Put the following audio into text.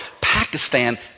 Pakistan